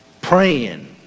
praying